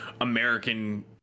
American